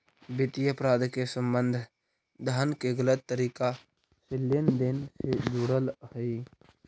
वित्तीय अपराध के संबंध धन के गलत तरीका से लेन देन से जुड़ल हइ